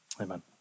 amen